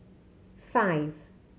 five